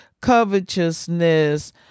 covetousness